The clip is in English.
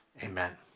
amen